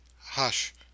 Hush